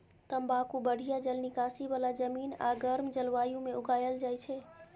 तंबाकू बढ़िया जल निकासी बला जमीन आ गर्म जलवायु मे उगायल जाइ छै